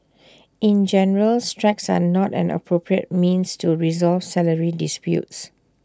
in general strikes are not an appropriate means to resolve salary disputes